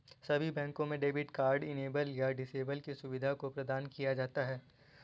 सभी बैंकों में डेबिट कार्ड इनेबल या डिसेबल की सुविधा को प्रदान किया जाता है